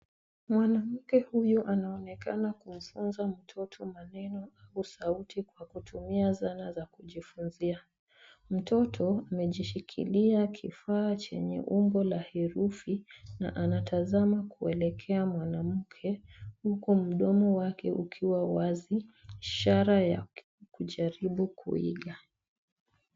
Mwanamke huyu anaonekana kumfunza mtoto maneno au sauti kwa kutumia zana za kujifunzia. Mtoto amejishikilia kifaa chenye umbo la herufi na anatazama kuelekea mwanamke, huku mdomo wake ukiwa wazi, ishara ya kujaribu kuiga.